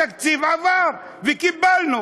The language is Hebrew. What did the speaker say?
התקציב עבר וקיבלנו.